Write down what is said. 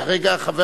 הרגע אמר חבר